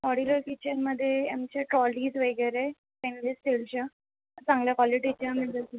modular किचनमध्ये आमचे trolleys वगैरे स्टेनलेस स्टीलच्या चांगल्या कॉलिटीच्या म्हणजे